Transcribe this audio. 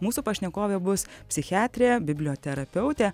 mūsų pašnekovė bus psichiatrė biblioterapeutė